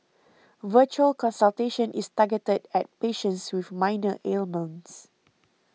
virtual consultation is targeted at patients with minor ailments